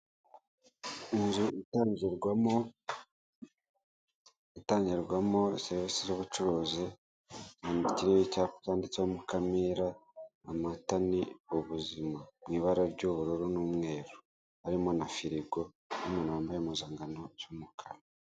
Inzu itangirwarwamo, itangirwamo sesivise z'ubucuruzi mu kirere icyapa kandi cyanditseho mukamira amata ni ubuzima mu ibara ry'ubururu n'umweru harimo na firigo, umuntu wambaye impuzankano y'umukara.